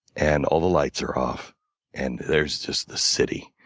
and all the lights are off and there's just the city,